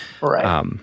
right